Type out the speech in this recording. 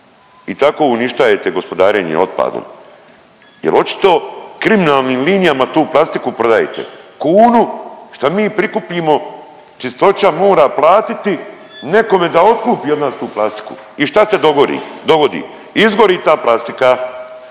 i tako uništajete gospodarenje otpadom jel očito kriminalnim linijama tu plastiku prodajete kunu, šta mi prikupimo Čistoća mora platiti nekome da otkupi od nas tu plastiku i šta se dogodi, dogodi? Izgori ta plastika,